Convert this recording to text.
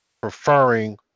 preferring